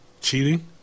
cheating